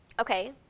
Okay